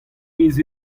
miz